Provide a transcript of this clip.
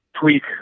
tweak